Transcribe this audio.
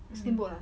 mm